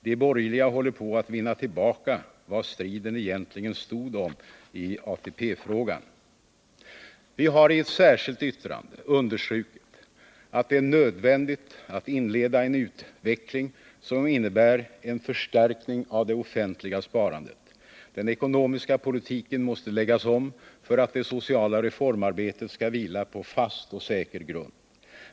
De borgerliga håller på att vinna tillbaka vad striden egentligen stod om i ATP-frågan.” Vi har i vårt särskilda yttrande understrukit att det är nödvändigt att inleda en utveckling som innebär en förstärkning av det offentliga sparandet. Den ekonomiska politiken måste läggas om för att det sociala reformarbetet skall vila på fast och säker grund.